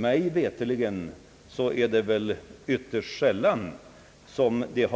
Mig veterligt är det väl ytterst sällan som det,